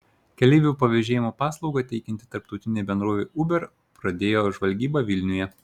keleivių pavėžėjimo paslaugą teikianti tarptautinė bendrovė uber pradėjo žvalgybą vilniuje